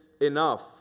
enough